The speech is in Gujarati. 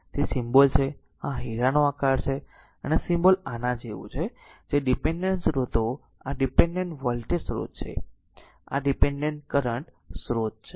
તેથી સિમ્બોલ છે આ હીરાનો આકાર છે અને આ સિમ્બોલ આના જેવું છે જે ડીપેન્ડેન્ટ સ્ત્રોતો આ ડીપેન્ડેન્ટ વોલ્ટેજ સ્રોત છે અને આ ડીપેન્ડેન્ટ કરંટ સ્રોત છે